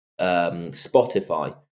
Spotify